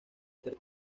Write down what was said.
ser